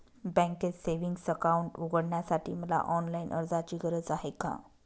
बँकेत savings account उघडण्यासाठी मला ऑनलाईन अर्जाची गरज आहे का?